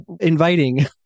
inviting